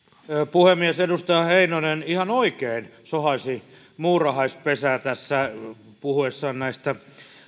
puhemies edustaja heinonen ihan oikein sohaisi muurahaispesää puhuessaan näistä